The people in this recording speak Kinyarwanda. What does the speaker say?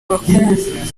bakumva